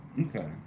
Okay